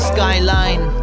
Skyline